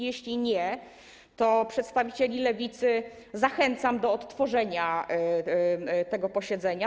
Jeśli nie, to przedstawicieli Lewicy zachęcam do odtworzenia tego posiedzenia.